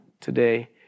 today